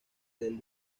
del